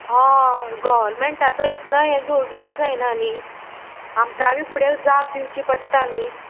होय गोवोरमेंटाचो इतलो हें घेवं घेवूं जायना न्ही आमकां बी फुडें जाप दिवची पडटा न्ही